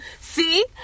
See